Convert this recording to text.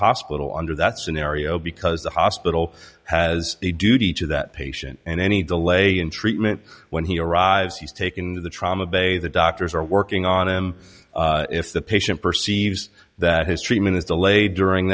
hospital under that scenario because the hospital has a duty to that patient in any delay in treatment when he arrives he's taken into the trauma bay the doctors are working on him if the patient perceives that history minutes delayed during